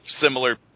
similar